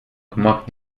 gmach